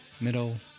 middle